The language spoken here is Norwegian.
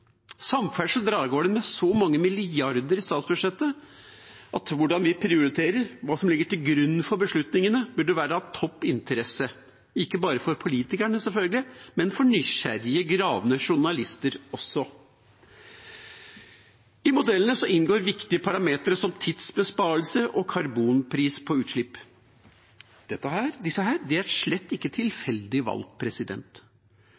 Samferdsel drar av gårde med så mange milliarder i statsbudsjettet at hvordan vi prioriterer, hva som ligger til grunn for beslutningene, burde være av topp interesse, ikke bare for politikerne, selvfølgelig, men for nysgjerrige gravende journalister også. I modellene inngår viktige parametere som tidsbesparelse og karbonpriser på utslipp. Disse er slett ikke tilfeldig valgt. Og det er slett ikke